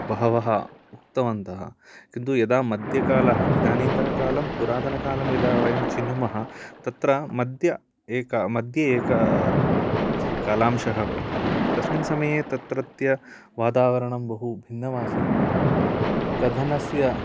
बहवः उक्तवन्तः किन्तु यदा मध्यकालः इदानीन्तनकालं पुरातनकालं यदा वयं चिनुमः तत्र मध्ये एक कालांशः भवति तस्मिन् समये तत्रत्य वातावणं बहु भिन्नमासीत् कथनस्य